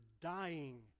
dying